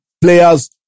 players